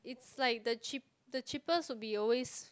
it's like the cheap the cheapest will be always